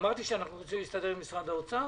אמרתי שאנחנו רוצים להסתדר עם משרד האוצר?